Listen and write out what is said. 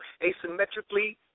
asymmetrically